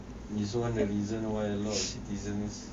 this one the reason why a lot of citizens